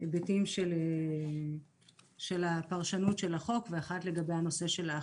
ההיבטים של פרשנות החוק ואחת לגבי נושא האכיפה.